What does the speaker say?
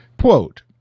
quote